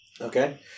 Okay